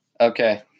Okay